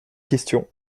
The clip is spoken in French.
question